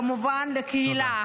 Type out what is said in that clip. כמובן הקהילה.